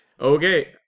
Okay